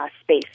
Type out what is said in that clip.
space